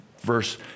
verse